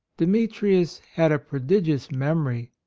demetrius had a prodigious memory,